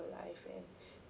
life and